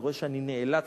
אני רואה שאני נאלץ,